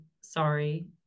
Sorry